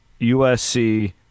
USC